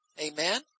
Amen